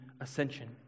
ascension